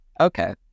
Okay